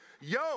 Yo